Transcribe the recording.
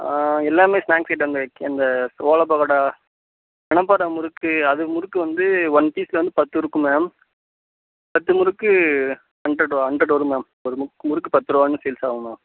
எல்லாமே snacks item இந்த கே இந்த ஓலை பக்கோடா மணப்பாறை முறுக்கு அது முறுக்கு வந்து ஒன் பீஸ் வந்து பத்து இருக்கும் மேம் பத்து முறுக்கு ஹண்ட்ரெட் வா ஹண்ட்ரெட் வரும் மேம் ஒரு மு முறுக்கு பத்துருவான்னு சேல்ஸாவுமா